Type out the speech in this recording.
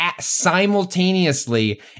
simultaneously